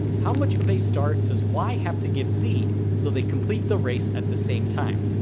how much of a start does y have to give z so they complete the race at the same time?